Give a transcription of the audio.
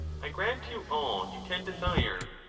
i grant you all you can desire.